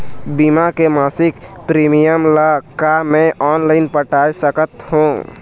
बीमा के मासिक प्रीमियम ला का मैं ऑनलाइन पटाए सकत हो?